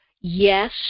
yes